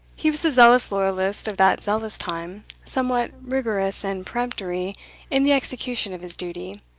he was a zealous loyalist of that zealous time, somewhat rigorous and peremptory in the execution of his duty,